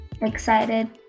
excited